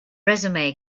resume